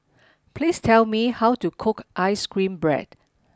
please tell me how to cook ice cream Bread